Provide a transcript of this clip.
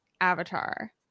avatar